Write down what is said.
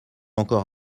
encore